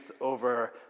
over